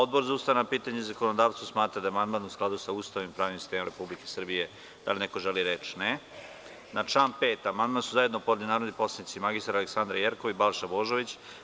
Odbor za ustavna pitanja i zakonodavstvo smatra da je amandman u skladu sa Ustavom i pravnim sistemom Republike Srbije Da li neko želi reč? (Ne) Na član 5. amandman su zajedno podneli narodni poslanici mr Aleksandra Jerkov i Balša Božović.